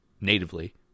natively